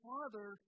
Father